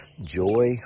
joy